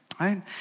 right